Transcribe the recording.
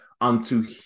unto